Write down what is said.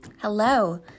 Hello